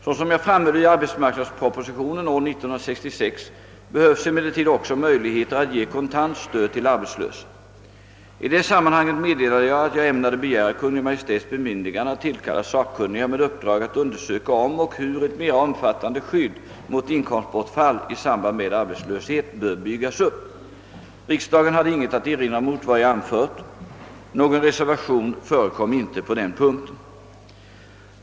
Såsom jag framhöll i arbetsmarknadspropositionen år 1966 behövs emellertid också möjligheter att ge kontant stöd till arbetslösa. I det sammanhanget meddelade jag att jag ämnade begära Kungl. Maj:ts bemyndigande att tillkalla sakkunniga med uppdrag att undersöka om och hur ett mera omfattande skydd mot inkomstbortfall i samband med arbetslöshet bör byggas upp. Riksdagen hade inget att erinra mot vad jäg anförde. Någon reservation föreköm inte på den punkten.